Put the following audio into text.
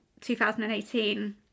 2018